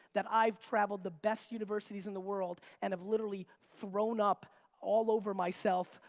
that i've traveled the best universities in the world, and have literally thrown up all over myself,